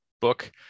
book